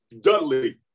Dudley